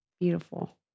Beautiful